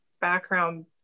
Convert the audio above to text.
background